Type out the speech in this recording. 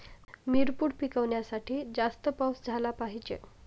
मिरपूड पिकवण्यासाठी जास्त पाऊस झाला पाहिजे